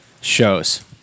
Shows